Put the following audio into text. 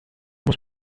muss